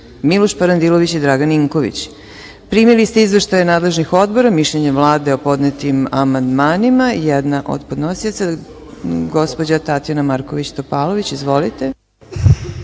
Miloš Parandilović i Dragan Ninković. Primili ste izveštaje nadležnih odbora, mišljenje Vlade o podnetim amandmanima. Reč ima jedna od podnosilaca gospođa Tatjana Marković-Topalović. Izvolite. TATJANA